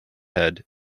head